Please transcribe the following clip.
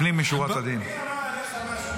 לפנים משורת הדין, הודעה אישית.